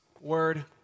word